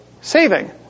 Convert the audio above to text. saving